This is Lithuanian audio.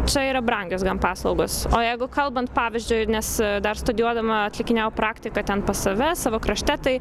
čia yra brangios gan paslaugos o jeigu kalbant pavyzdžiui nes dar studijuodama atlikinėjau praktiką ten pas save savo krašte tai